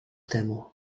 temu